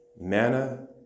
Manna